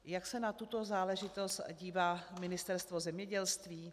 Jak se na tuto záležitost dívá Ministerstvo zemědělství?